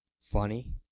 Funny